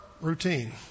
routine